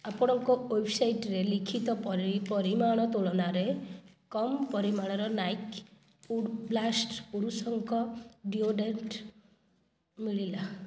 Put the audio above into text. ଆପଣଙ୍କ ୱେବ୍ସାଇଟ୍ରେ ଲିଖିତ ପରିମାଣ ତୁଳନାରେ କମ୍ ପରିମାଣର ନାଇକ୍ ଉଡ଼୍ ବ୍ଲାଷ୍ଟ୍ ପୁରୁଷଙ୍କ ଡିଓଡ଼ାରାଣ୍ଟ୍ ମିଳିଲା